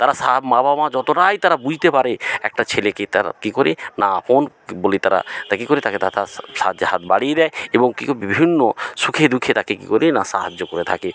তারা সাব বাবা মা যতটাই তারা বুঝতে পারে একটা ছেলেকে তার কী করে না আপন বলে তারা তা কী করে তাকে তা তাস সাহায্যের হাত বাড়িয়ে দেয় এবং কী ক বিভিন্ন সুখে দুখে তাকে কী করে না সাহায্য করে থাকে